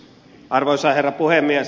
arvoisa herra puhemies